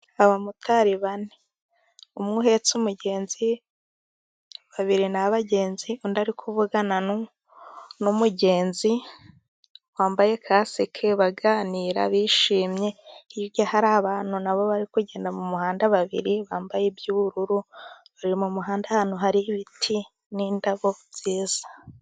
Abamotari bane, umwe uhetse umugenzi, babiri nta abagenzi, undi ari kuvugana n'umugenzi wambaye kasike, baganira bishimye. Hirya hari abantu n'abo barimo kugenda mu muhanda, babiri bambaye iby'ubururu bari mu muhanda ahantu hari ibiti n'indabo nziza.